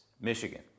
Michigan